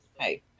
hey